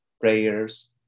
prayers